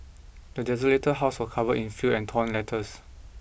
the desolated house were covered in filth and torn letters